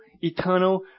eternal